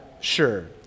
sure